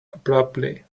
abruptly